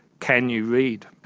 can you read?